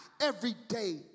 everyday